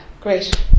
Great